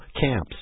camps